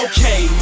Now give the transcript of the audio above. Okay